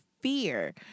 fear